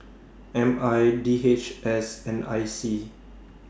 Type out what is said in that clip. M I D H S and I C